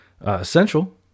essential